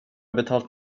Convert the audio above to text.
betalt